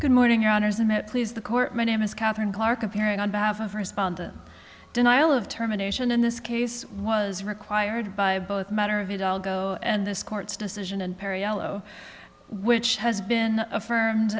good morning your honor isn't it please the court my name is katherine clark appearing on behalf of respondent denial of terminations in this case was required by both matter of it all go and this court's decision and perry yellow which has been affirmed